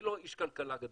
אני לא איש כלכלה גדול,